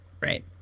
right